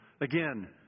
Again